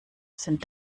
sind